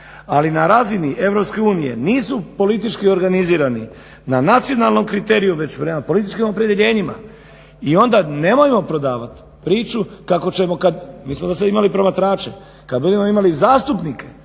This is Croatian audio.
ali na razini EU nisu politički organizirani na nacionalnom kriteriju već prema političkim opredjeljenjima i onda ne moramo prodavati priču kako ćemo kad, mi smo do sad imali promatrače, kad budemo imali zastupnike